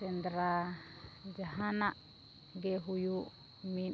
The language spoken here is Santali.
ᱥᱮᱸᱫᱽᱨᱟ ᱡᱟᱦᱟᱱᱟᱜ ᱜᱮ ᱦᱩᱭᱩᱜ ᱢᱤᱫ